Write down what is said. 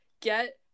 get